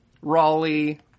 Raleigh